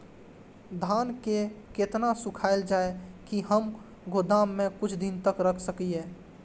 धान के केतना सुखायल जाय की हम गोदाम में कुछ दिन तक रख सकिए?